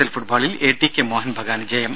L ഫുട്ബോളിൽ ATK Mohun ബഗാന് ജയം